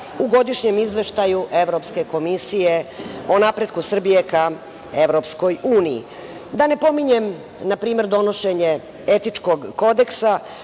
u godišnjem izveštaju Evropske komisije o napretku Srbije ka EU.Da ne pominjem, na primer, donošenje etičkog kodeksa